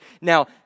Now